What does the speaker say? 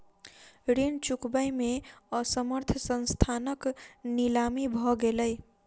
ऋण चुकबै में असमर्थ संस्थानक नीलामी भ गेलै